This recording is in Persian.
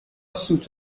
سوت